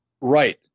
Right